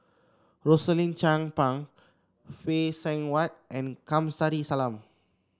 Rosaline Chan Pang Phay Seng Whatt and Kamsari Salam